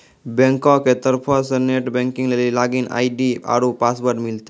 बैंको के तरफो से नेट बैंकिग लेली लागिन आई.डी आरु पासवर्ड मिलतै